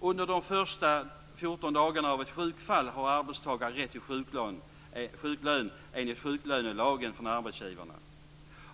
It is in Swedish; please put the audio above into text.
Under de första 14 dagarna av ett sjukfall har arbetstagare rätt till sjuklön enligt sjuklönelagen från arbetsgivaren.